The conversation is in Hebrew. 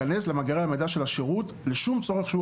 להיכנס למאגרי המידע של השירות לשום צורך שהוא.